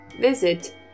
visit